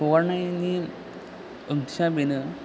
हगारनायनि ओंथिया बेनो